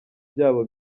byabo